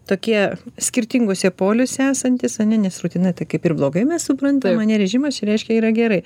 tokie skirtinguose poliuose esantys ane nes rutina tai kaip ir blogai mes suprantam ane režimas čia reiškia yra gerai